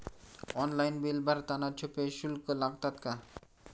Online bill भरताना छुपे शुल्क लागतात का?